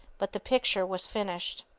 but the picture was finished.